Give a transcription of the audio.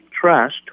trust